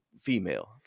female